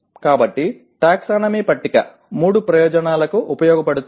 కాబట్టి టాక్సానమీ పట్టిక మూడు ప్రయోజనాలకు ఉపయోగపడుతుంది